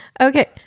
Okay